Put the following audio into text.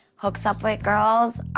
hooks up with girls,